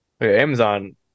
Amazon